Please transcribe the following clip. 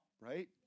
right